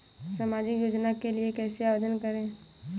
सामाजिक योजना के लिए कैसे आवेदन करें?